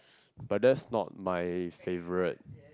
but that's not my favourite